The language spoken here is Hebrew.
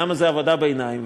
למה זה עבודה בעיניים?